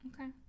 okay